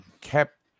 kept –